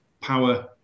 power